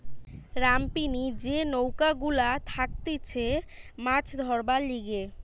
রামপিনি যে নৌকা গুলা থাকতিছে মাছ ধরবার লিগে